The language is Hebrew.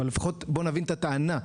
אבל לפחות בוא נבין את הטענה,